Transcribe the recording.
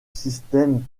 système